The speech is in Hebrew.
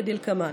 כדלקמן: